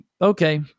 okay